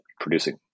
producing